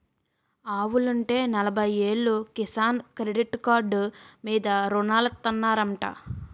ఆవులుంటే నలబయ్యేలు Kisan credit card మీద రుణాలిత్తనారంటా